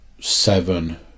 seven